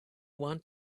want